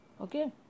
okay